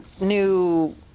new